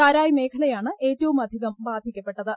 തരായ് മേഖലയാണ് ഏറ്റവുമധികം ബാധിക്കപ്പെട്ടത്